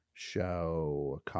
Show